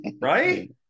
Right